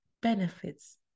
benefits